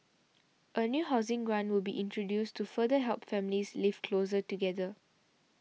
a new housing grant will be introduced to further help families live closer together